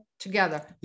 together